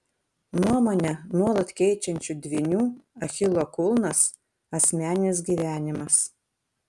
nuomonę nuolat keičiančių dvynių achilo kulnas asmeninis gyvenimas